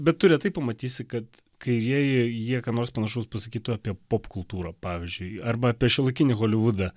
bet tu retai pamatysi kad kairieji jie ką nors panašaus pasakytų apie pop kultūrą pavyzdžiui arba apie šiuolaikinį holivudą